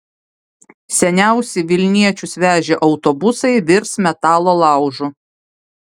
seniausi vilniečius vežę autobusai virs metalo laužu